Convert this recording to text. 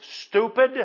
stupid